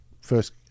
First